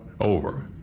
over